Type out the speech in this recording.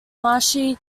maharshi